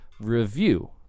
review